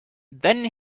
then